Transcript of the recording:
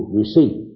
receive